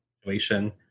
situation